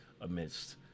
amidst